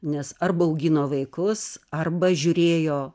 nes arba augino vaikus arba žiūrėjo